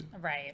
Right